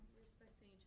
Respecting